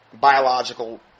biological